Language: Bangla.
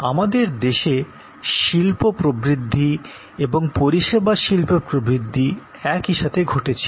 আমাদের দেশে শিল্প বৃদ্ধি এবং পরিষেবা শিল্পের বৃদ্ধি এক সাথে ঘটেছিল